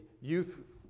youth